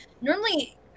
normally